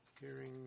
Hearing